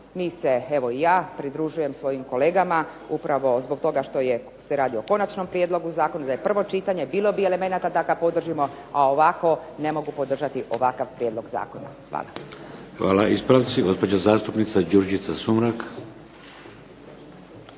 Mi se, evo i ja pridružujem svojim kolegama upravo zbog toga što se radi o konačnom prijedlogu zakona, da je prvo čitanje bilo bi elemenata da ga podržimo, a ovako ne mogu podržati ovakav prijedlog zakona. Hvala. **Šeks, Vladimir (HDZ)** Hvala. Ispravci, gospođa zastupnica Đurđica Sumrak.